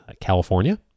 California